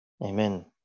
Amen